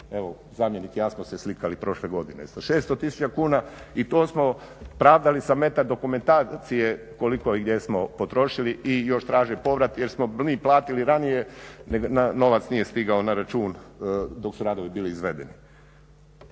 Evo zamjenik i ja smo se slikali prošle godine sa 600 tisuća kuna i to smo pravdali sa metar dokumentacije koliko i gdje smo potrošili i još traže povrat jer smo mi platili ranije novac nije stigao na račun dok su radovi bili izvedeni.